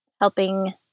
helping